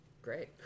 Great